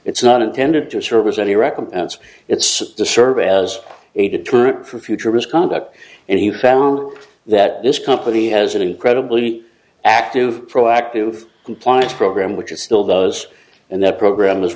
it's not intended to serve as any recompense it's to serve as a deterrent for future misconduct and he found that this company has an incredibly active proactive compliance program which is still those and that program